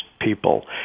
people